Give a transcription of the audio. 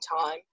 time